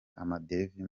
amadevize